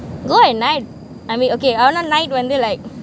go at night I mean okay ஆனால்:anaal like